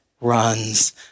runs